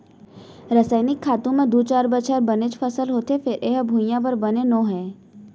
रसइनिक खातू म दू चार बछर तो बनेच फसल होथे फेर ए ह भुइयाँ बर बने नो हय